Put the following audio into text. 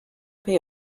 pay